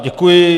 Děkuji.